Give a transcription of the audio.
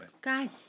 God